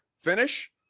finish